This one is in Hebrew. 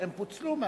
הם פוצלו מהחוק.